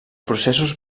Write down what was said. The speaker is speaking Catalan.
processos